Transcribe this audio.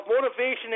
Motivation